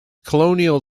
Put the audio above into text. colonial